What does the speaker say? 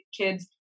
kids